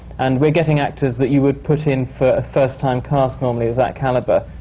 and we're getting actors that you would put in for a first time cast normally, of that caliber.